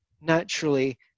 naturally